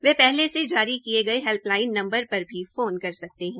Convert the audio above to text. वे पहले से जारी किये गये हैल्पलाइन नंबर पर भी फोन कर सकते है